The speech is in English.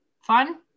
Fun